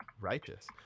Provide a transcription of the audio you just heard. Righteous